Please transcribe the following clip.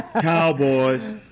Cowboys